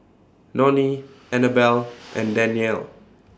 Nonie Anabelle and Danyell